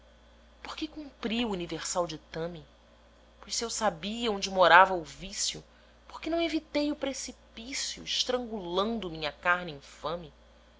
cumpri o universal ditame pois se eu sabia onde morava o vício por que não evitei o precipício estrangulando minha carne infame